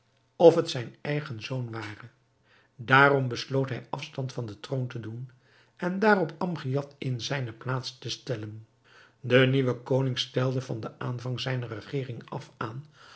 of het zijn eigen zoon ware daarom besloot hij afstand van den troon te doen en daarop amgiad in zijne plaats te stellen de nieuwe koning stelde van den aanvang zijner regering af aan